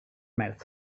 mouth